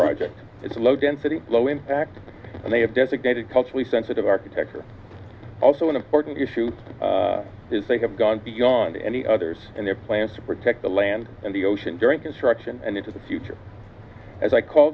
project it's low density low impact and they have designated culturally sensitive architecture also an important issue is they have gone beyond any others and their plans to protect the land and the ocean during construction and into the future as i call